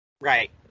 Right